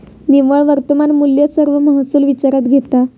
निव्वळ वर्तमान मुल्य सर्व महसुल विचारात घेता